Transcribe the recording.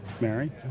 Mary